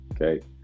Okay